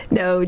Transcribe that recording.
no